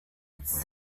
its